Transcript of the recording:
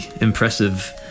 impressive